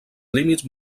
límits